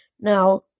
Now